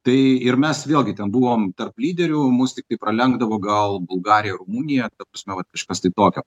tai ir mes vėlgi ten buvom tarp lyderių mus tiktai pralenkdavo gal bulgarija rumunija ta prasme vat kažkas tai tokio